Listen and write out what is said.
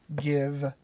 give